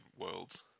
worlds